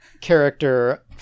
character